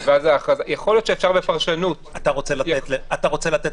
יכול להיות שאפשר בפרשנות --- אתה רוצה לתת